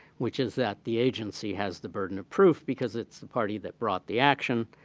which is that the agency has the burden of proof because it's the party that brought the action